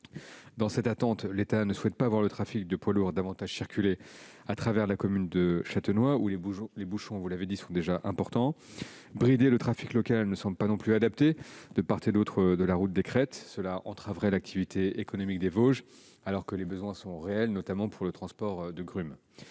Dans cette attente, l'État ne souhaite pas voir les poids lourds circuler davantage dans la commune de Châtenois, où les bouchons, vous l'avez dit, sont déjà importants. Brider le trafic local ne semble pas non plus adapté de part et d'autre de la route des crêtes. Cela entraverait l'activité économique des Vosges, alors que les besoins sont réels, notamment pour le transport de grumes.